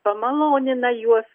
pamalonina juos